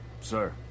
Sir